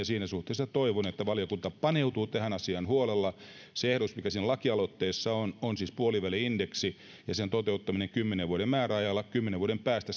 siinä suhteessa toivon että valiokunta paneutuu tähän asiaan huolella siinä lakialoitteessa on on ehdotus puoliväli indeksistä ja sen toteuttamisesta kymmenen vuoden määräajalla kymmenen vuoden päästä